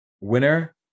Winner